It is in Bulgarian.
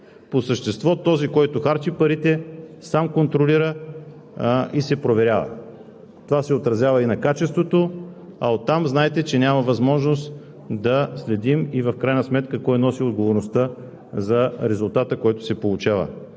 По същество този, който харчи парите, сам се контролира и се проверява. Това се отразява и на качеството, а оттам знаете, че няма възможност да следим в крайна сметка кой носи отговорността за резултата, който се получава.